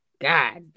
God